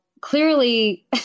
clearly